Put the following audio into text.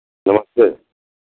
नमस्ते